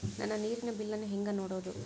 ನನ್ನ ನೇರಿನ ಬಿಲ್ಲನ್ನು ಹೆಂಗ ನೋಡದು?